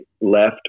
left